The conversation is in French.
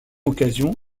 occasion